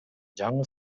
жаңы